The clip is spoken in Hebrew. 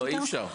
לא, אי אפשר.